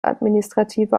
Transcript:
administrative